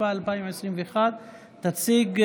התשפ"א 2021. תציג,